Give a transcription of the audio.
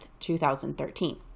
2013